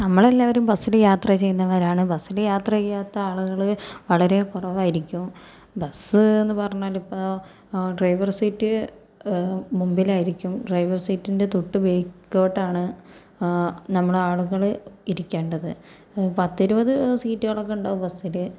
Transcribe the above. നമ്മളെല്ലാവരും ബസ്സില് യാത്ര ചെയ്യുന്നവരാണ് ബസ്സില് യാത്ര ചെയ്യാത്ത ആളുകള് വളരെ കുറവായിരിക്കും ബസ്സെന്ന് പറഞ്ഞാലിപ്പോൾ ഡ്രൈവർ സീറ്റ് മുമ്പിലായിരിക്കും ഡ്രൈവർ സീറ്റിൻ്റെ തൊട്ട് ബേക്കോട്ടാണ് നമ്മളാളുകള് ഇരിക്കേണ്ടത് പത്തിരുപത് സീറ്റുകളൊക്കെ ഉണ്ടാകും ബസ്സില്